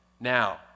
Now